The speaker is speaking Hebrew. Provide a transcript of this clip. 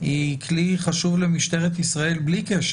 היא כלי חשוב למשטרת ישראל בלי קשר.